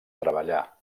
treballar